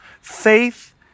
faith